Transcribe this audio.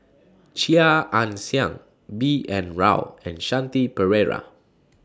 Chia Ann Siang B N Rao and Shanti Pereira